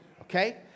Okay